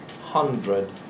hundred